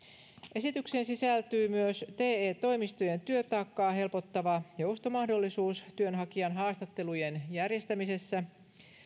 esitykseen sisältyy myös te toimistojen työtaakkaa helpottava joustomahdollisuus työnhakijan haastattelujen järjestämisessä